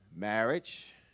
Marriage